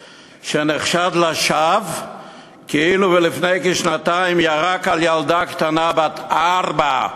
שנחשד לשווא כאילו לפני כשנתיים ירק על ילדה קטנה בת ארבע.